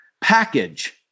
package